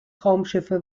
raumschiffe